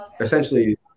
essentially